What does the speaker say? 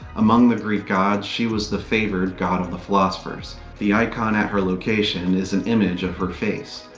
among the greek gods, she was the favored god of the philosophers. the icon at her location is an image of her face.